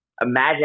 imagine